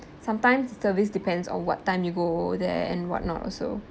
sometimes service depends on what time you go there and what not also